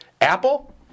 Apple